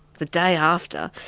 the day after,